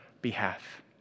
behalf